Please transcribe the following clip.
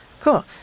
Cool